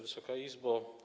Wysoka Izbo!